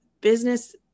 Business